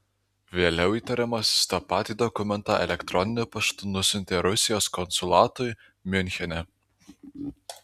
vėliau įtariamasis tą patį dokumentą elektroniniu paštu nusiuntė rusijos konsulatui miunchene